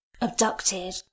abducted